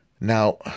Now